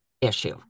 issue